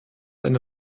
eine